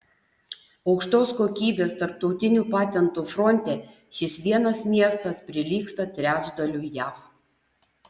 aukštos kokybės tarptautinių patentų fronte šis vienas miestas prilygsta trečdaliui jav